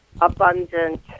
abundant